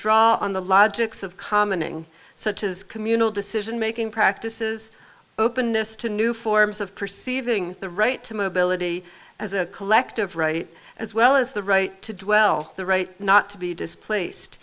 draw on the logics of common such as communal decision making practices openness to new forms of perceiving the right to mobility as a collective right as well as the right to do well the right not to be displaced